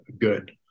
good